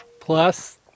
Plus